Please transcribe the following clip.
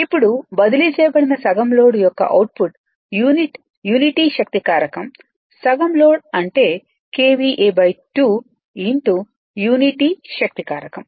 ఇప్పుడు బదిలీ చేయబడిన సగం లోడ్ యొక్క అవుట్పుట్ యూనిటీ శక్తి కారకం సగం లోడ్ అంటే KVA2 యూనిటీ శక్తి కారకం